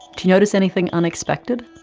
do you notice anything unexpected?